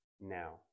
now